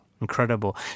Incredible